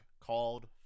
called